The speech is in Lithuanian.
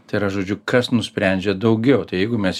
tai yra žodžiu kas nusprendžia daugiau jeigu mes